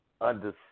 understand